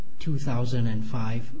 2005